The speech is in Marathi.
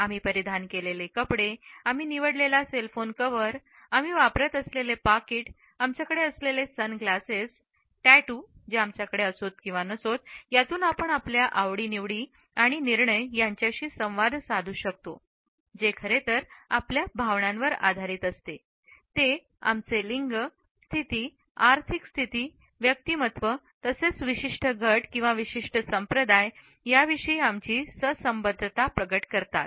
आम्ही परिधान केलेले कपडे आम्ही निवडलेला सेल फोन कव्हर आम्ही वापरत असलेले पाकीटआमच्याकडे असलेले सनग्लासेस टॅटू जे आमच्याकडे आहे किंवा नाही यातून आपण आपल्या आवडीनिवडी आणि निर्णय यांच्याशी संवाद साधू शकतो जे खरे तर आपल्या भावनांवर आधारित ते आमचे लिंग स्थिती आर्थिक स्थिती व्यक्तिमत्व तसेच विशिष्ट गट किंवा विशिष्ट संप्रदाय विषयी आमचे संबद्धता प्रगट करतात